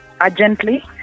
urgently